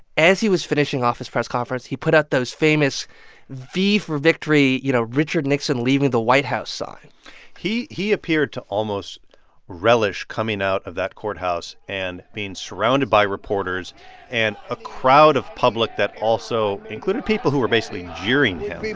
as he was finishing off his press conference, he put out those famous v for victory, you know, richard nixon leaving the white house sign he he appeared to almost relish coming out of that courthouse and being surrounded by reporters and a crowd of public that also included people who were basically jeering him